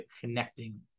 connecting